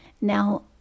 Now